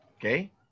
Okay